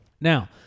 Now